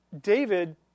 David